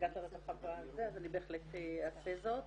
מנציגת הרווחה אני בהחלט אעשה זאת.